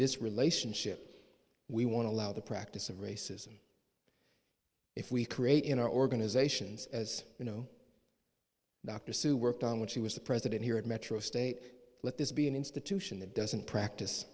this relationship we want to allow the practice of racism if we create in our organizations as you know dr sue worked on when she was the president here at metro state let this be an institution that doesn't practice